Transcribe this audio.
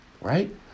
right